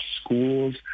schools